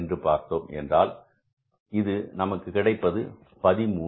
என்று பார்த்தோம் என்றால் இது நமக்கு கிடைப்பது 13